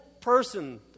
person